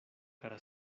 kara